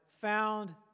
found